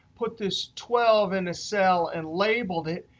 put this twelve in a cell and labeled it,